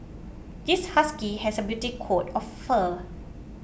this husky has a beauty coat of fur